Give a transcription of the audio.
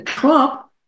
Trump